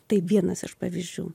tai vienas iš pavyzdžių